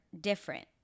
different